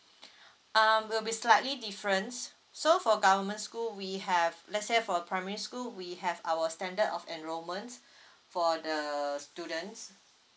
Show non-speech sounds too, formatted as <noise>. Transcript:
<breath> uh will be slightly difference so for government school we have let's say for a primary school we have our standard of enrollment for the students